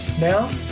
Now